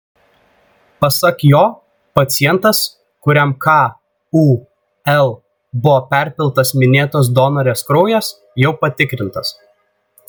pasak jo pacientas kuriam kul buvo perpiltas minėtos donorės kraujas jau patikrintas